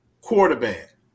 quarterback